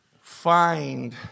Find